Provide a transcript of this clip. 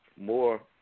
more